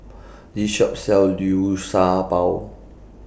This Shop sells Liu Sha Bao